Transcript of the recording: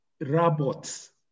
robots